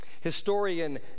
Historian